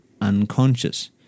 unconscious